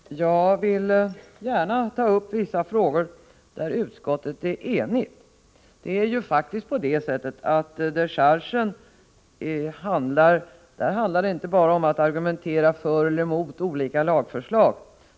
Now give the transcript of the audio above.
Herr talman! Jag vill gärna ta upp vissa frågor där utskottet är enigt. I dechargedebatten handlar det faktiskt inte bara om att argumentera för eller emot olika lagförslag.